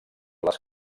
les